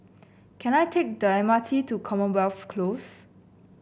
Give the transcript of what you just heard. can I take the M R T to Commonwealth Close